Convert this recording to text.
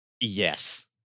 Yes